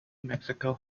mexico